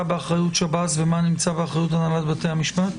באחריות שב"ס ומה נמצא באחריות הנהלת בתי המשפט?